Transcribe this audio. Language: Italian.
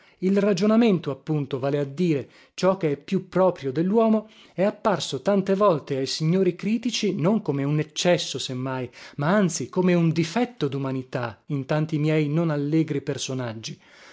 a dire ciò che è più proprio delluomo è apparso tante volte ai signori critici non come un eccesso se mai ma anzi come un difetto dumanità in tanti miei non allegri personaggi